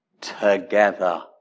together